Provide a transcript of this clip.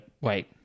Wait